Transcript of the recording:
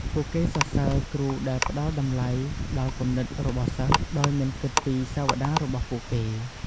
ពួកគេសរសើរគ្រូដែលផ្តល់តម្លៃដល់គំនិតរបស់សិស្ស ដោយមិនគិតពីសាវតារបស់ពួកគេ។